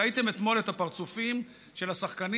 ראיתם אתמול את הפרצופים של השחקנים